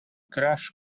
crash